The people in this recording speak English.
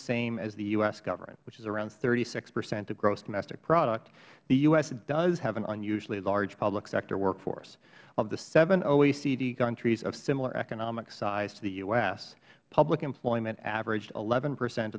same as the u s government which is around thirty six percent of gross domestic product the u s does have an unusually large public sector workforce of the seven oecd countries of similar economic size to the u s public employment averaged eleven percent